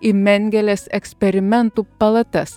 į mengelės eksperimentų palatas